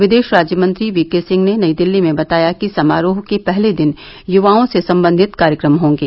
विदेश राज्यमंत्री V K Singh ने नई दिल्ली में बताया कि समारोह के पहले दिन युवाओं से संबंधित कार्यक्रम होंगे